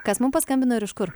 kas mum paskambino ir iš kur